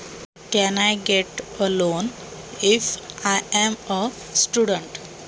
मी विद्यार्थी आहे तर मला कर्ज मिळेल का?